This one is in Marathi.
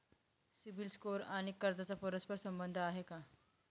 सिबिल स्कोअर आणि कर्जाचा परस्पर संबंध आहे का?